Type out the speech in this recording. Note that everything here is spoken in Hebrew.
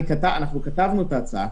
כתבנו את ההצעה.